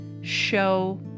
show